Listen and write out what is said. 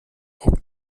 och